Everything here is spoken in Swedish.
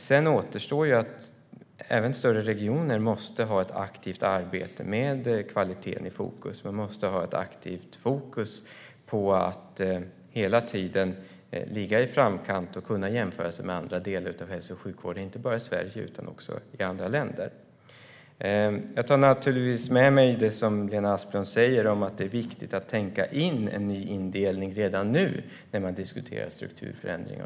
Sedan återstår att även större regioner måste ha ett aktivt arbete med kvaliteten i fokus. De måste aktivt ha fokus på att hela tiden ligga i framkant och kunna jämföra sig med andra delar av hälso och sjukvården, inte bara i Sverige utan också i andra länder. Jag tar naturligtvis med mig det som Lena Asplund säger om att det är viktigt att tänka på en ny indelning redan nu när man diskuterar strukturförändringar.